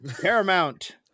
Paramount